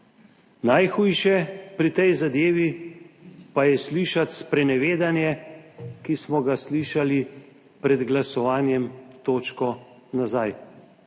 Najhujše pri tej zadevi pa je slišati sprenevedanje, ki smo ga slišali pred glasovanjem, točko nazaj.